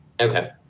Okay